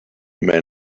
man